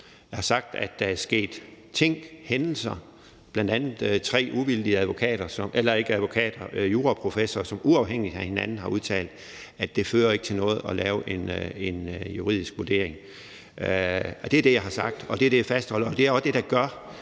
Jeg har sagt, at der er sket ting, hændelser, bl.a. at tre uvildige juraprofessorer uafhængigt af hinanden har udtalt, at det ikke fører til noget at lave en juridisk vurdering. Det er det, jeg har sagt, og det er det, jeg fastholder, og det er også det, der gør,